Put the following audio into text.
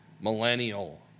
millennial